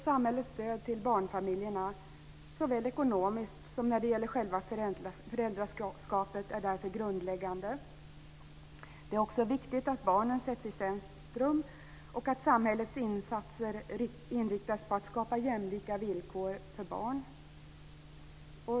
Samhällets stöd till barnfamiljerna, såväl ekonomiskt som när det gäller själva föräldraskapet, är därför grundläggande. Det är också viktigt att barnen sätts i centrum och att samhällets insatser inriktas på att skapa jämlika villkor för barn.